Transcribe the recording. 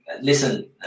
listen